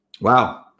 Wow